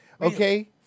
okay